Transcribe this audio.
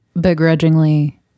Begrudgingly